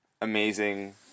amazing